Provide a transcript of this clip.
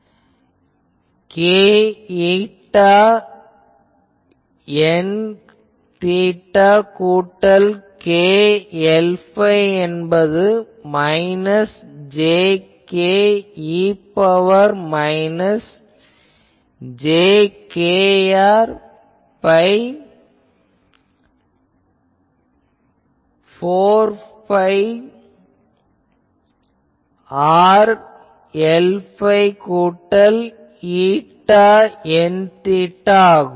k η Nθ கூட்டல் k Lϕ என்பது minus j k e ன் பவர் மைனஸ் j kr வகுத்தல் 4 phi r Lϕ கூட்டல் η Nθ ஆகும்